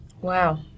Wow